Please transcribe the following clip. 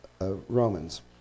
Romans